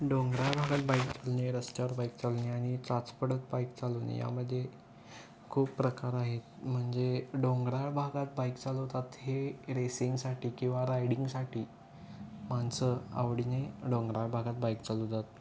डोंगराळ भागात बाईक चालणे रस्त्यावर बाईक चालवणे आणि चाचपडत बाईक चालवणे यामध्ये खूप प्रकार आहेत म्हणजे डोंगराळ भागात बाईक चालवतात हे रेसिंगसाठी किंवा रायडिंगसाठी माणसं आवडीने डोंगराळ भागात बाईक चालवतात